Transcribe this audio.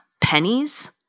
pennies